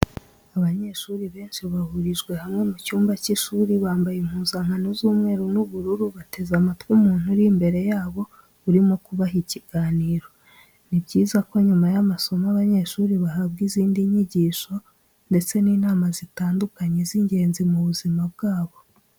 Abanyeshuri benshi bahurijwe hamwe mu cyumba cy'ishuri bambaye impuzankano z'umweru n'ubururu bateze amatwi umuntu uri imbere yabo urimo kubaha ikiganiro. Ni byiza ko nyuma y'amasomo abanyeshuri bahabwa izindi nyigisho ndetse n'inama zitandukanye z'ingenzi mu buzima bwabo.